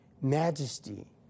majesty